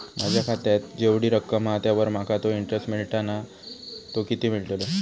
माझ्या खात्यात जेवढी रक्कम हा त्यावर माका तो इंटरेस्ट मिळता ना तो किती मिळतलो?